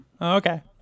Okay